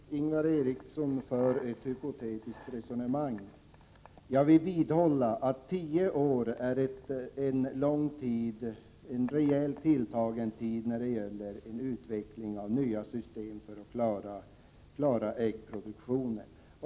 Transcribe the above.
Herr talman! Ingvar Eriksson för ett hypotetiskt resonemang. Jag vidhåller att tio år är en rejält tilltagen tid när det gäller utvecklingen av nya system för att klara äggproduktionen.